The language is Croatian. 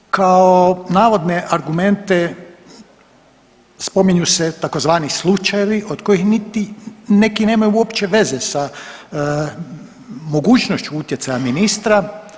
Kao navodne argumente spominju se tzv. slučajevi od kojih niti neki nemaju uopće veze sa mogućnošću utjecaja ministra.